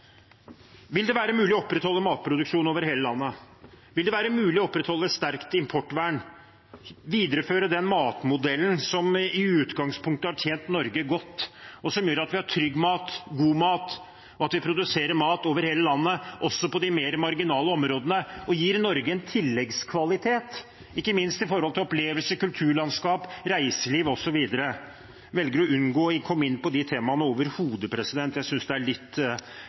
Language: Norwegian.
Vil det være mulig å opprettholde matproduksjon over hele landet? Vil det være mulig å opprettholde et sterkt importvern, videreføre den matmodellen som i utgangspunktet har tjent Norge godt, og som gjør at vi har trygg mat, god mat, og at vi produserer mat over hele landet – også på de mer marginale områdene – og gir Norge en tilleggskvalitet, ikke minst med tanke på opplevelser, kulturlandskap, reiseliv osv.? Han velger å unngå å komme inn på de temaene overhodet, og jeg synes det er litt